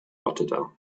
rotterdam